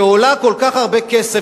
שעולה כל כך הרבה כסף,